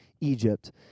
Egypt